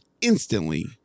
instantly